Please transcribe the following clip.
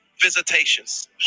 visitations